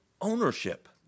ownership